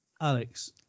Alex